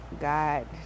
God